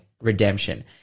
redemption